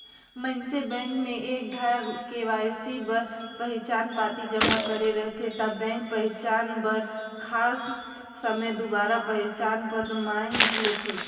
मइनसे बेंक में एक धाएर के.वाई.सी बर पहिचान पाती जमा करे रहथे ता बेंक पहिचान बर खास समें दुबारा पहिचान पत्र मांएग लेथे